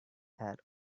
had